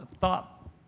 thought